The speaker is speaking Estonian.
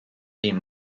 siin